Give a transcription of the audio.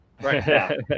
Right